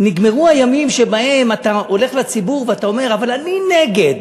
נגמרו הימים שבהם אתה הולך לציבור ואתה אומר: אבל אני נגד.